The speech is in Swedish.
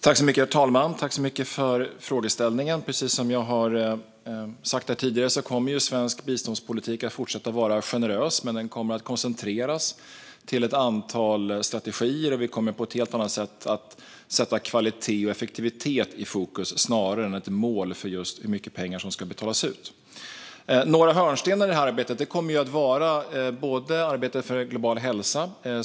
Herr talman! Tack så mycket, Anna Starbrink, för frågeställningen! Precis som jag har sagt här tidigare kommer svensk biståndspolitik att fortsätta att vara generös. Den kommer att koncentreras till ett antal strategier, och vi kommer på ett helt annat sätt att sätta kvalitet och effektivitet i fokus snarare än ett mål för just hur mycket pengar som ska betalas ut. En av hörnstenarna kommer att vara arbetet för global hälsa.